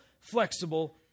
Flexible